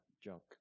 junk